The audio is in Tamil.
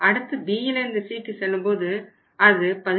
அடுத்து Bயிலிருந்து Cக்கு செல்லும்போது அது 17